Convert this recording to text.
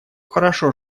хорошо